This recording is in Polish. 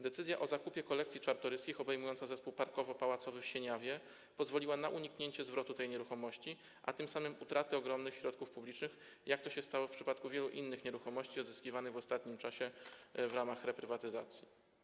Decyzja o zakupie kolekcji Czartoryskich obejmująca zespół parkowo-pałacowy w Sieniawie pozwoliła na uniknięcie zwrotu tej nieruchomości, a tym samym - utraty ogromnych środków publicznych, jak to się stało w przypadku wielu innych nieruchomości odzyskiwanych w ostatnim czasie w ramach reprywatyzacji.